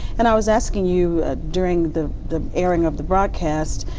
and i was asking you ah during the the airing of the broadcast,